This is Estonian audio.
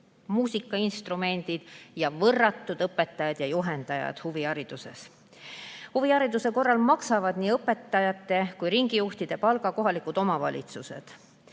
muusikainstrumendid ja võrratud õpetajad ja juhendajad huvihariduses. Huvihariduse korral maksavad nii õpetajate kui ringijuhtide palga kohalikud omavalitsused